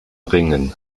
ringen